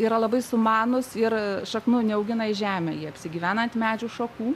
yra labai sumanūs ir šaknų neaugina į žemę jie apsigyvena ant medžių šakų